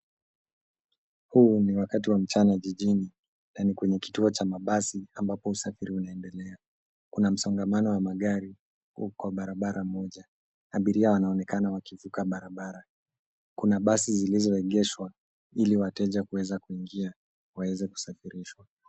Huu ni wakati wa mchana jijini na ni kwenye kituo cha mabasi ambapo usafiri unaendelea, kuna msongamano wa magari uko kwa barabara moja, abiria wanaonekana wakivuka barabara, kuna basi zilizoegeshwa ili wateja kuweza kuingia waweze kusafirishwa.